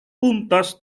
puntas